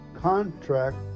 contract